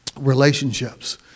relationships